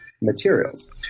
materials